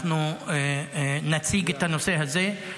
נציג את הנושא הזה.